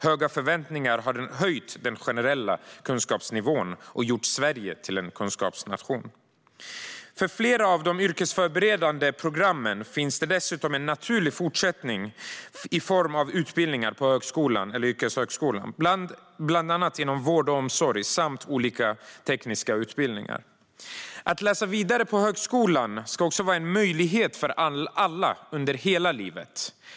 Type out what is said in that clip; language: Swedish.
Höga förväntningar har höjt den generella kunskapsnivån och gjort Sverige till en kunskapsnation. För flera av de yrkesförberedande programmen finns det dessutom en naturlig fortsättning i form av utbildningar på högskolan eller på yrkeshögskolor, bland annat inom vård och omsorg samt inom olika tekniska utbildningar. Att läsa vidare på högskola ska också vara en möjlighet för alla, under hela livet.